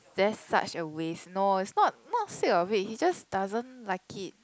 that's such a waste no it's not not sick of it he just doesn't like it